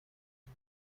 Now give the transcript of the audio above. این